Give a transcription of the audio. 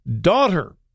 daughter